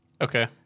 Okay